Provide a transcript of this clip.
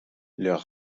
leur